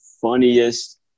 funniest